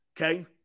Okay